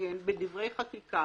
שמתעניין בדברי החקיקה